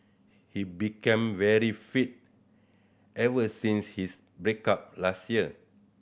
he became very fit ever since his break up last year